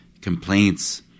complaints